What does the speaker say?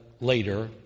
later